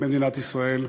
במדינת ישראל.